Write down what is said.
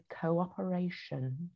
cooperation